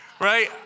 Right